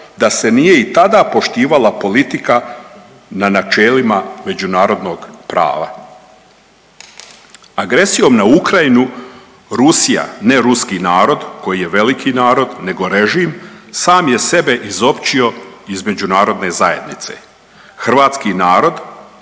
da se nije i tada poštivala politika na načelima međunarodnog prava. Agresijom na Ukrajinu Rusija ne ruski narod koji je veliki narod, nego režim sam je sebe izopćio iz međunarodne zajednice. Hrvatski narod,